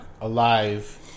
alive